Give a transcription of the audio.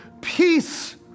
peace